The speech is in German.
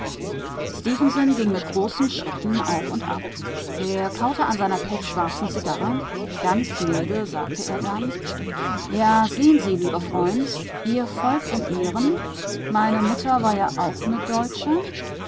ging mit großen schritten auf und ab er kaute an seiner pechschwarzen zigarre ganz milde sagte er dann ja sehen sie lieber freund ihr volk in ehren meine mutter war ja auch ne